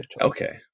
Okay